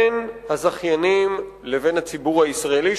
בין הזכיינים לבין הציבור הישראלי,